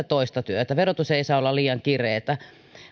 toista työtä verotus ei saa olla liian kireää